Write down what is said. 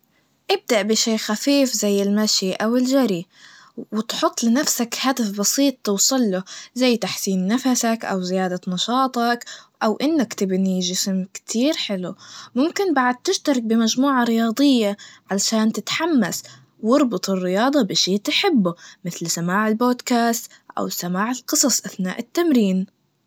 إبدأ بشي خفيف, زي المشي أو الجري, وا- وتحط لنفسك هدف بسيط توصل له, زي تحسين نفسك أو زيادة نشاطك, أو إنك تبني جسم كتير حلو, وممكن بعد تشترك بمجموعة رياضية, علشان تتحمس, واربط الرياضة بشي بتحبه, مثل سماع البودكاست, أو سماع القصص أثناء التمرين.